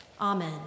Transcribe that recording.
Amen